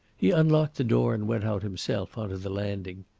he unlocked the door and went out himself on to the landing.